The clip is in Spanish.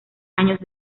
años